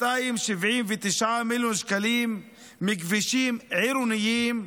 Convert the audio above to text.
279 מיליון שקלים מכבישים עירוניים.